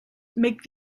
make